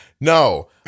No